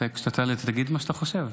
כשאתה תעלה אתה תגיד מה שאתה חושב.